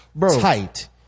Tight